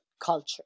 culture